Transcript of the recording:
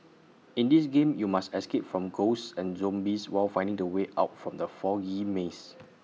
in this game you must escape from ghosts and zombies while finding the way out from the foggy maze